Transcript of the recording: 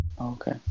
Okay